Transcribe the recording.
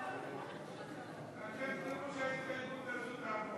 אתם תראו שההסתייגות הזאת תעבור,